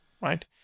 right